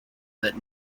that